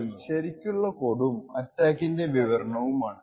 ഇവിടെ നമ്മൾ കാണുന്നത് ശരിക്കുള്ള കോഡും അറ്റാക്കിന്റെ വിവരണവുമാണ്